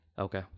Okay